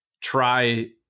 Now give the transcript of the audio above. try